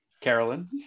Carolyn